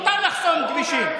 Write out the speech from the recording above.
מותר לחסום כבישים.